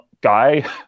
guy